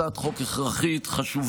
זאת הצעת חוק הכרחית וחשובה,